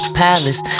palace